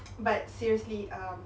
but seriously um